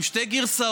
עם שתי גרסאות.